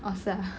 oh 是啊